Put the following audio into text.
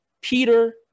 Peter